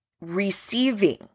receiving